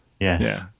Yes